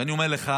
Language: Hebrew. ואני אומר לך,